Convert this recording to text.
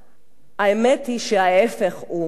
האמת היא שההיפך הוא הנכון.